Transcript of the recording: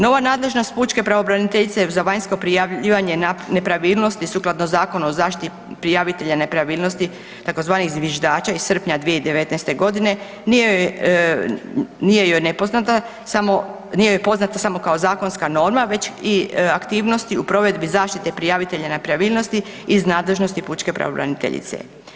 Nova nadležnost pučke pravobraniteljice za vanjsko prijavljivanje nepravilnosti sukladno Zakonu o zaštiti prijavitelja nepravilnosti, tzv. zviždača iz srpnja 2019. godine nije joj nepoznata, nije joj poznata samo kao zakonska norma već i aktivnosti u provedbi zaštite prijavitelja nepravilnosti iz nadležnosti pučke pravobraniteljice.